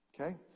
Okay